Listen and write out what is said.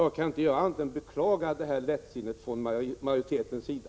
Jag kan inte göra annat än beklaga detta lättsinne från majoritetens sida.